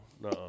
no